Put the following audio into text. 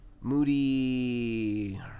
Moody –